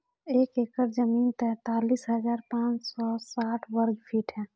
एक एकड़ जमीन तैंतालीस हजार पांच सौ साठ वर्ग फुट ह